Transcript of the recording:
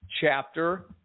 chapter